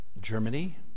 Germany